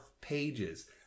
pages